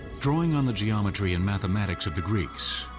drawing on the geometry and mathematics of the greeks,